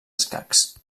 escacs